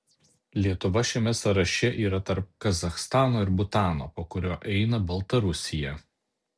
lietuva šiame sąraše yra tarp kazachstano ir butano po kurio eina baltarusija